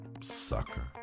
Sucker